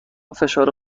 فشار